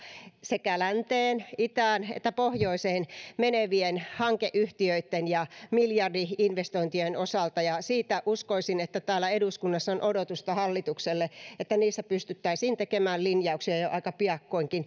sekä länteen itään että pohjoiseen menevien hankeyhtiöitten ja miljardi investointien osalta uskoisin että täällä eduskunnassa on odotusta hallitukselle että niissä pystyttäisiin tekemään linjauksia jo aika piakkoinkin